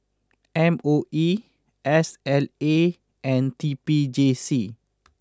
M O E S L A and T P J C